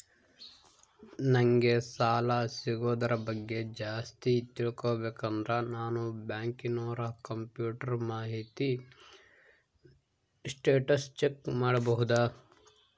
ನಂಗೆ ಸಾಲ ಸಿಗೋದರ ಬಗ್ಗೆ ಜಾಸ್ತಿ ತಿಳಕೋಬೇಕಂದ್ರ ನಾನು ಬ್ಯಾಂಕಿನೋರ ಕಂಪ್ಯೂಟರ್ ಮಾಹಿತಿ ಶೇಟ್ ಚೆಕ್ ಮಾಡಬಹುದಾ?